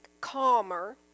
calmer